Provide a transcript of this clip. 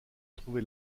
trouvé